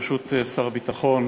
ברשות שר הביטחון,